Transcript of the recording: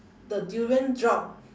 the durian drop